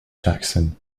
jackson